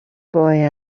boy